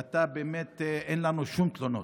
ובאמת אין לנו שום תלונות,